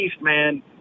man